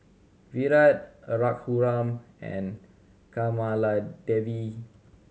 Virat Raghuram and Kamaladevi